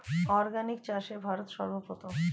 organic চাষে ভারত সর্বপ্রথম